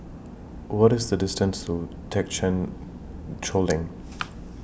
What IS The distance to Thekchen Choling